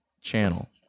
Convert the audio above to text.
channel